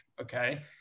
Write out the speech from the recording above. Okay